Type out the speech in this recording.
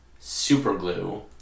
superglue